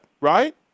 right